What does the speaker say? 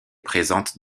présentent